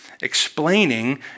explaining